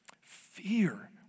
Fear